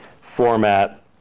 format